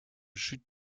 jus